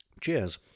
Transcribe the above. cheers